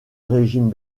régime